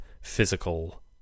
physical